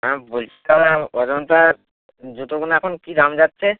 হ্যাঁ বলছি দাদা অজন্তার জুতোগুনো এখন কী দাম যাচ্ছে